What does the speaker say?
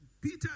Peter